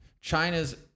China's